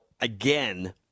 again